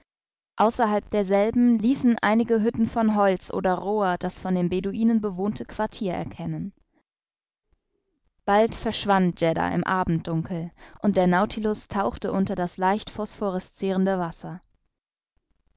außerhalb derselben ließen einige hütten von holz oder rohr das von den beduinen bewohnte quartier erkennen bald verschwand djedda im abenddunkel und der nautilus tauchte unter das leicht phosphorescirende wasser